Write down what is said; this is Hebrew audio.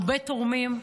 הרבה תורמים,